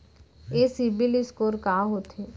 ये सिबील स्कोर का होथे?